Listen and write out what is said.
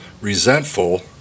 resentful